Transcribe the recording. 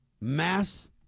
mass